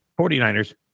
49ers